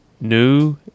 New